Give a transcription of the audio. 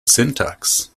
syntax